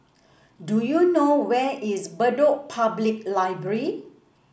do you know where is Bedok Public Library